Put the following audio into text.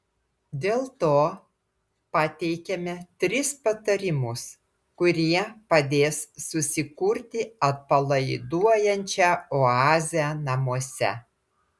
dėl to pateikiame tris patarimus kurie padės susikurti atpalaiduojančią oazę namuose